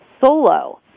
solo